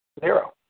Zero